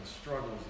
struggles